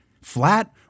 Flat